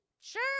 Sure